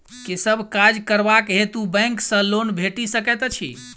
केँ सब काज करबाक हेतु बैंक सँ लोन भेटि सकैत अछि?